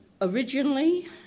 Originally